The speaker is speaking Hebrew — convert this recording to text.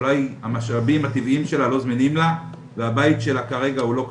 אולי המשאבים הטבעיים שלה לא זמינים לה והבית שלה כרגע הוא לא כתובת.